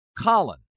Colin